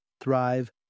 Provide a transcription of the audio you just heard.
thrive